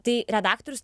tai redaktorius